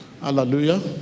Hallelujah